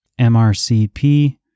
MRCP